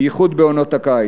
בייחוד בעונת הקיץ.